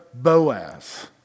Boaz